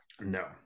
No